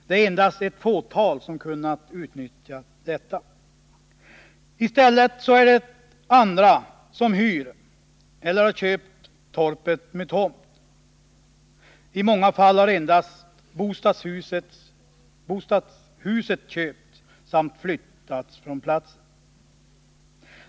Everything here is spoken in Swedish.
Det är endast ett fåtal som kunnat göra detta. I stället har andra hyrt eller köpt torpet med tomt. I många fall har endast bostadshuset köpts samt flyttats från platsen.